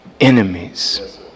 enemies